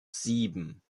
sieben